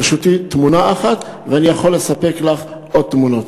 ברשותי תמונה אחת ואני יכול לספק לך עוד תמונות.